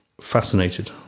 fascinated